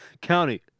County